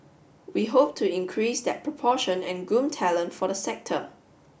we hope to increase that proportion and groom talent for the sector